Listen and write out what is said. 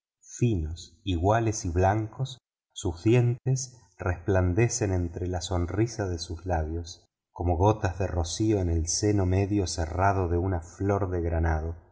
finos iguales y blancos sus dientes resplandecen entre la sonrisa de sus labios como gota de rocío en el seno medio cerrado de una flor de granado